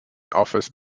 office